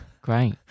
Great